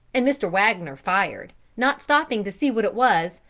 and mr. wagner fired, not stopping to see what it was,